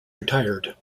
retired